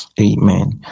Amen